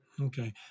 Okay